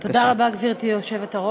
תודה רבה, גברתי היושבת-ראש.